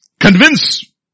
Convince